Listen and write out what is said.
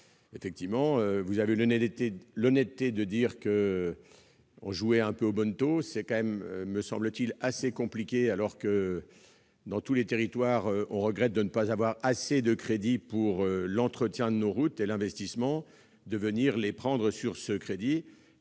Enfin, vous avez eu l'honnêteté de dire qu'on jouait en quelque sorte au bonneteau. Il est tout de même, me semble-t-il, assez compliqué, alors que, dans tous les territoires, on regrette de ne pas avoir assez de crédits pour l'entretien de nos routes et l'investissement, de prélever justement dans ces crédits.